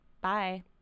bye